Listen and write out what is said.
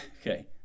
Okay